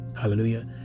Hallelujah